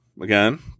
again